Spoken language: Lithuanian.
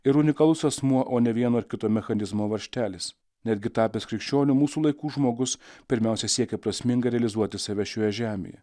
ir unikalus asmuo o ne vieno ar kito mechanizmo varžtelis netgi tapęs krikščioniu mūsų laikų žmogus pirmiausia siekia prasmingai realizuoti save šioje žemėje